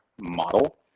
model